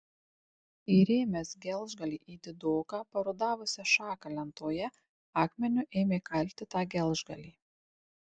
įrėmęs gelžgalį į didoką parudavusią šaką lentoje akmeniu ėmė kalti tą gelžgalį